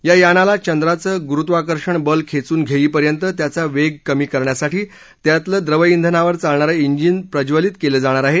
या यानाला चंद्राचं गुरुत्वाकर्षण बल खेचून घेईपर्यंत त्याचा वेग कमी करण्यासाठी त्यातलं द्रव श्वनावर चालणारं जिन प्रज्वलित केलं जाणार आहे